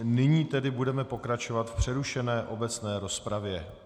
Nyní tedy budeme pokračovat v přerušené obecné rozpravě.